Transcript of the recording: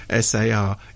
SAR